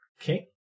Okay